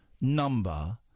number